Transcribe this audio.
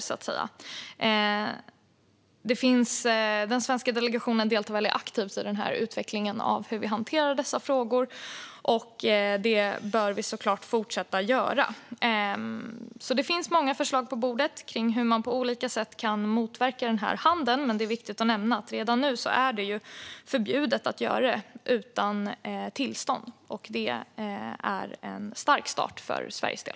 Den svenska delegationen deltar väldigt aktivt i utvecklingen för hur vi hanterar dessa frågor, och det bör den såklart fortsätta göra. Det finns alltså många förslag på bordet om hur man på olika sätt kan motverka den här handeln, men det är viktigt att nämna att det redan nu är förbjudet att göra detta utan tillstånd. Det är en stark start för Sveriges del.